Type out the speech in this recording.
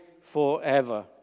forever